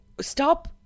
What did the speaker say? stop